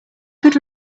could